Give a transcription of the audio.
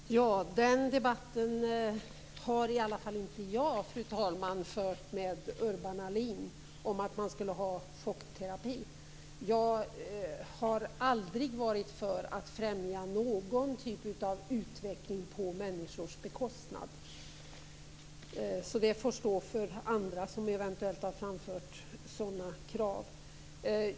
Fru talman! Någon debatt har i alla fall inte jag fört med Urban Ahlin om att man skulle ha chockterapi. Jag har aldrig varit för att främja någon typ av utveckling på människors bekostnad. Det får stå för andra som eventuellt framfört något sådant.